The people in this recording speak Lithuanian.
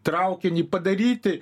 traukinį padaryti